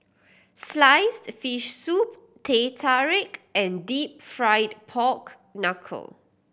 sliced fish soup Teh Tarik and Deep Fried Pork Knuckle